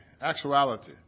actuality